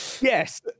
yes